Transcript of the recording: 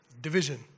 division